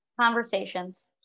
Conversations